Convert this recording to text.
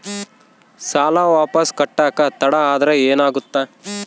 ಸಾಲ ವಾಪಸ್ ಕಟ್ಟಕ ತಡ ಆದ್ರ ಏನಾಗುತ್ತ?